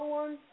one